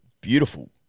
beautiful